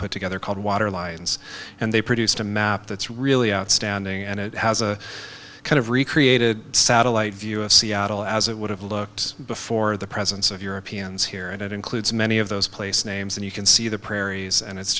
put together called water lines and they produced a map that's really outstanding and it has a kind of recreated satellite view of seattle as it would have looked before the presence of europeans here and it includes many of those place names and you can see the